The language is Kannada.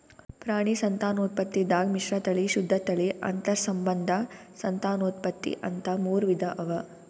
ಪ್ರಾಣಿ ಸಂತಾನೋತ್ಪತ್ತಿದಾಗ್ ಮಿಶ್ರತಳಿ, ಶುದ್ಧ ತಳಿ, ಅಂತಸ್ಸಂಬಂಧ ಸಂತಾನೋತ್ಪತ್ತಿ ಅಂತಾ ಮೂರ್ ವಿಧಾ ಅವಾ